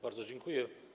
Bardzo dziękuję.